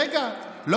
רגע, לא.